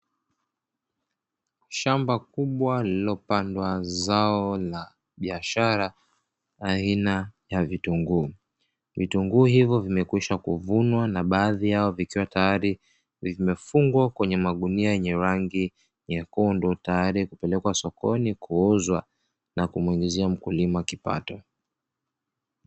Shamba kubwa lililopandwa zao la biashara aina ya vitunguu. Vitunguu hivyo vimekwisha kuvunwa na baadhi yao vikiwa tayari vimefungwa kwenye magunia yenye rangi nyekundu, tayari kupelekwa sokoni kuuzwa na kumuingizia mkulima kipato.